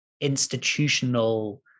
institutional